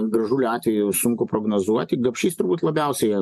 gražulio atveju sunku prognozuoti gapšys turbūt labiausiai